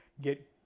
get